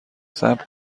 صبر